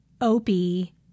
Opie